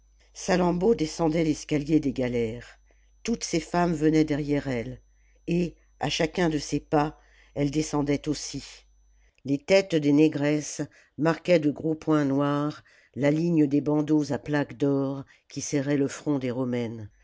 salammbô descendait l'escalier des galères toutes ses femmes venaient derrière elle et à chacun de ses pas elles descendaient aussi les têtes des négresses marquaient de gros points noirs la ligne des bandeaux à plaques d'or qui serraient le front des romaines